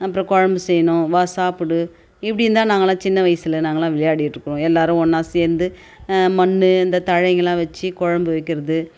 அப்புறம் குழம்பு செய்யணும் வா சாப்பிடு இப்படின்ந்தான் நாங்கெல்லாம் சின்ன வயசில் நாங்கெல்லாம் விளையாடிட்டு இருக்கிறோம் எல்லோரும் ஒன்றா சேர்ந்து மண் இந்த தழைங்கள்லாம் வச்சு குழம்பு வைக்கிறது